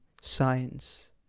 science